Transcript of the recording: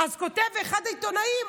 אז כותב אחד העיתונאים: